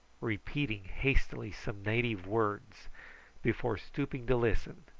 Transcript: repeating hastily some native words before stooping to listen,